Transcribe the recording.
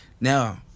Now